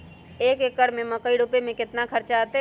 एक एकर में मकई रोपे में कितना खर्च अतै?